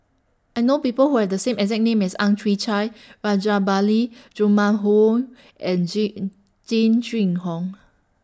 I know People Who Have The same exact name as Ang Chwee Chai Rajabali Jumabhoy and J Jing Jun Hong